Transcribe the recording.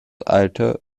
alte